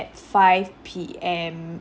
five P_M